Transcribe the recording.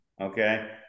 Okay